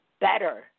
better